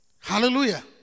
Hallelujah